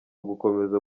gukomeza